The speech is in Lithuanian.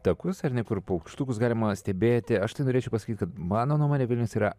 takus ar ne kur paukštukus galima stebėti aš norėčiau pasakyti kad mano nuomone vilnius yra